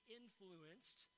influenced